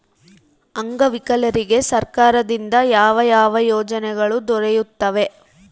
ಅಂಗವಿಕಲರಿಗೆ ಸರ್ಕಾರದಿಂದ ಯಾವ ಯಾವ ಯೋಜನೆಗಳು ದೊರೆಯುತ್ತವೆ?